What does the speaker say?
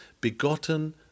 begotten